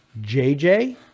JJ